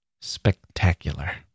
spectacular